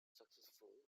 successful